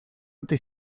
ote